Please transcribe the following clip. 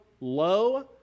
low